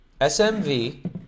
SMV